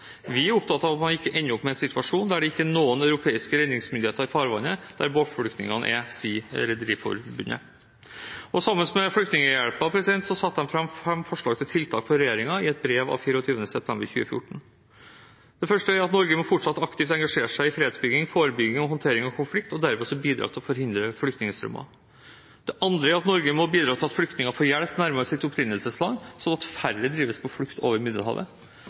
Vi er opptatt av at man ikke ender opp med en situasjon der det ikke er noen europeiske redningsmyndigheter i farvannet der båtflyktningene er,» sier Rederiforbundet. Sammen med Flyktninghjelpen satte de fram fem forslag til tiltak for regjeringen i et brev av 24. september 2014. Det første er at Norge fortsatt aktivt må engasjere seg i fredsbygging, forebygging og håndtering av konflikt og dermed bidra til å forhindre flyktningstrømmer. Det andre er at Norge må bidra til at flyktningene får hjelp nærmere sitt opprinnelsesland, slik at færre drives på flukt over Middelhavet.